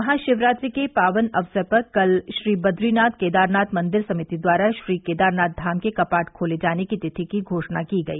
महाशिक्रात्रि के पावन अवसर पर कल श्री बद्रीनाथ केदारनाथ मंदिर समिति द्वारा श्रीकेदारनाथ धाम के कपाट खोले जाने की तिथि की घोषणा की गई